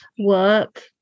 work